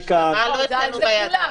--- לא אצלנו בידיים.